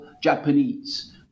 Japanese